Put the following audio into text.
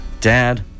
Dad